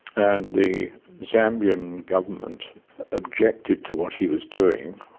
and the zambian government objected to what he was doing,